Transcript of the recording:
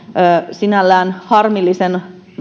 sinällään harmillisen